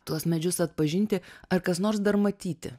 tuos medžius atpažinti ar kas nors dar matyti